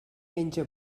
menja